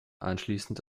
anschließend